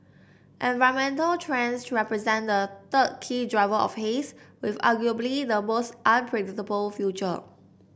environmental trends represent the third key driver of haze with arguably the most unpredictable future